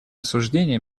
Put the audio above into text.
осуждение